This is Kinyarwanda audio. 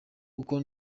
uko